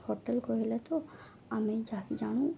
hotel କହିଲ ତ ଆମେ ଯାହାକି ଜାଣୁ